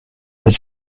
had